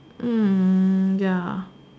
ya